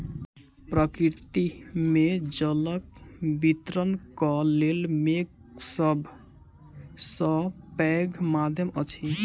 प्रकृति मे जलक वितरणक लेल मेघ सभ सॅ पैघ माध्यम अछि